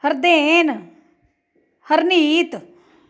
ਹਰਦੇਨ Harneet